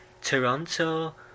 Toronto